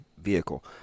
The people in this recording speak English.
vehicle